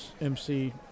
MC